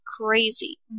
crazy